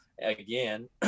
again